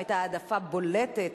שם היתה העדפה בולטת